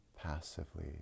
passively